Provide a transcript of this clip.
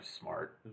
smart